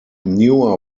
newer